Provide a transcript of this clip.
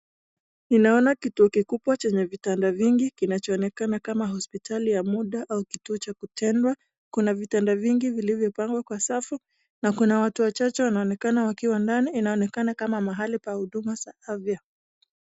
Ninaona kituo kikubwa chenye vitanda vingi kinachoonekana kama hospitali ya muda au kituo cha kutendwa. Kuna vitanda vingi vilivypangwa kwa safu na kuna watu wachache wanaonekana wakiwa ndani inaonekana kama mahali pa huduma za afya.